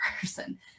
person